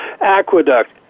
Aqueduct